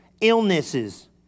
illnesses